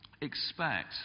Expect